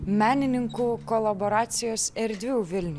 menininkų kolaboracijos erdvių vilniuj